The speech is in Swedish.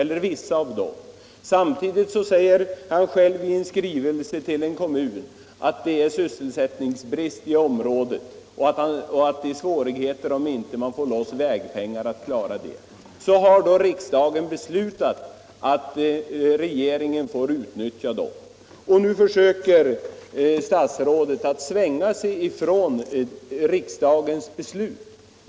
Kommunikationsministern säger själv i sin skrivelse till en kommun att det är brist på sysselsättning i området och att det blir svårigheter om man inte får loss vägpengar. Så har då riksdagen beslutat att regeringen får utnyttja sin fullmakt, och nu försöker statsrådet slingra sig ifrån riksdagens beslut.